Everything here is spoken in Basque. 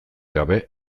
gabe